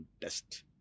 test